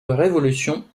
révolution